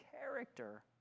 character